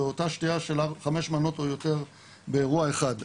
באותה שתייה של חמש מנות או יותר באירוע אחד.